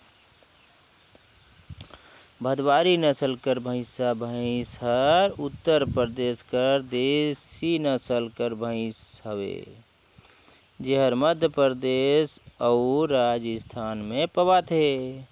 भदवारी नसल कर भंइसा भंइस हर उत्तर परदेस कर देसी नसल कर भंइस हवे जेहर मध्यपरदेस अउ राजिस्थान में पवाथे